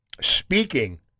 speaking